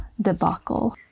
debacle